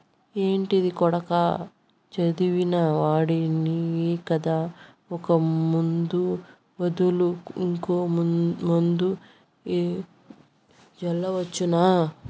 ఏంటిది కొడకా చదివిన వాడివి కదా ఒక ముందు బదులు ఇంకో మందు జల్లవచ్చునా